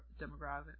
demographic